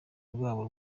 rwabo